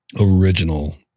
original